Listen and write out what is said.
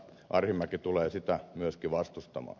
arhinmäki tulee sitä myöskin vastustamaan